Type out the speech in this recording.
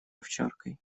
овчаркой